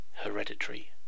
hereditary